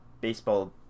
baseball